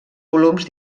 volums